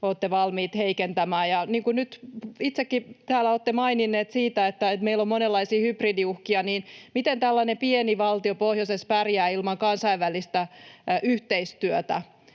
olette valmiit heikentämään. Niin kuin nyt itsekin täällä olette maininneet siitä, että meillä on monenlaisia hybridiuhkia, niin miten tällainen pieni valtio pohjoisessa pärjää ilman kansainvälistä yhteistyötä?